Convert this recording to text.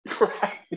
Right